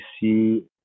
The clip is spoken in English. see